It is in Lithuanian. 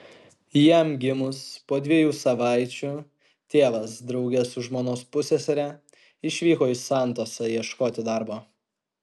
jam gimus po dviejų savaičių tėvas drauge su žmonos pussesere išvyko į santosą ieškoti darbo